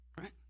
right